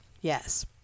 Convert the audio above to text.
yes